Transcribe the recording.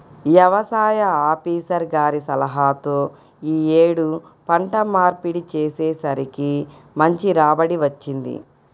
యవసాయ ఆపీసర్ గారి సలహాతో యీ యేడు పంట మార్పిడి చేసేసరికి మంచి రాబడి వచ్చింది